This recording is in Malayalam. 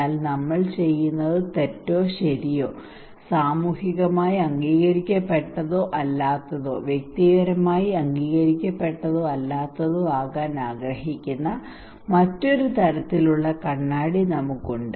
എന്നാൽ നമ്മൾ ചെയ്യുന്നത് ശരിയോ തെറ്റോ സാമൂഹികമായി അംഗീകരിക്കപ്പെട്ടതോ അല്ലാത്തതോ വ്യക്തിപരമായി അംഗീകരിക്കപ്പെട്ടതോ അല്ലാത്തതോ ആകാൻ ആഗ്രഹിക്കുന്ന മറ്റൊരു തരത്തിലുള്ള കണ്ണാടി നമുക്കുണ്ട്